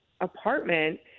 apartment